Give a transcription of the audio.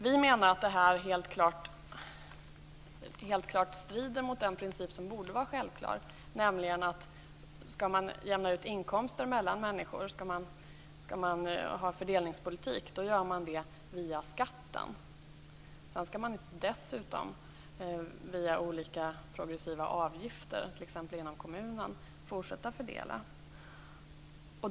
Vi menar att det här helt klart strider mot den princip som borde vara självklar, nämligen att om man skall jämna ut inkomster mellan människor, om man skall bedriva fördelningspolitik, då gör man det via skatten. Man skall inte dessutom, via olika progressiva avgifter, t.ex. genom kommunen, fortsätta att fördela.